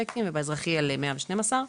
ובאזרחי על 112,